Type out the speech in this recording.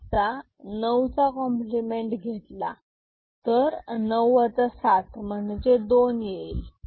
सातचा नऊ चा कॉम्प्लिमेंट घेतला तर 9 7 म्हणजे दोन येईल